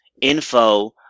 info